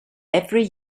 every